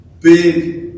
big